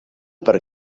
per